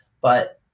but-